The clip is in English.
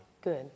good